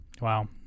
wow